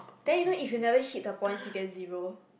then you know if you didn't hit the point you get zero